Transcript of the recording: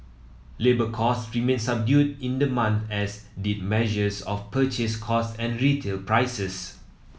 labour costs remained subdued in the month as did measures of purchase costs and retail prices